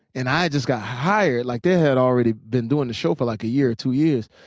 and i just got hired. like they had already been doing the show for like a year or two years.